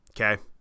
Okay